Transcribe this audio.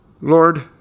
Lord